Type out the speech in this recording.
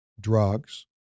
drugs